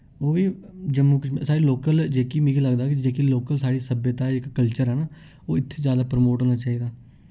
ओह् बी जम्मू कश्मीर साढ़ी लोकल जेह्की मिकी लगदा कि जेह्की लोकल साढ़ी सभ्यता इक कल्चर ऐ ना ओह् इत्थै जैदा प्रमोट होना चाहिदा